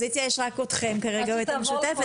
מן האופוזיציה יש רק אתכם ואת המפלגה המשותפת.